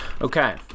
Okay